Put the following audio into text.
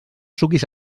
suquis